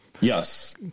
yes